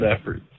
efforts